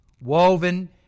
woven